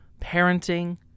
parenting